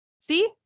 See